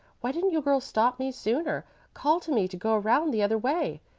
why didn't you girls stop me sooner call to me to go round the other way?